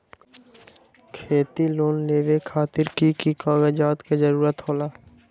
खेती लोन लेबे खातिर की की कागजात के जरूरत होला?